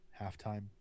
halftime